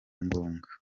ngombwa